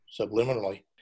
subliminally